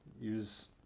use